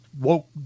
woke